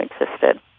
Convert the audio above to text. existed